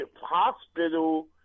hospital